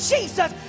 Jesus